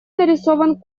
нарисован